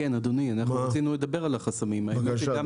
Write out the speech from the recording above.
כן, אדוני, אנחנו רצינו לדבר על החסמים האלה.